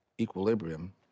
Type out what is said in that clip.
equilibrium